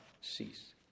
cease